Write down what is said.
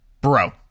Bro